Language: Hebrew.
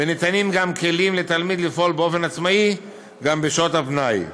וניתנים כלים לתלמיד לפעול באופן עצמאי גם בשעות הפנאי.